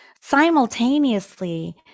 simultaneously